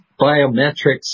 biometrics